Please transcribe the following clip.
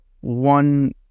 one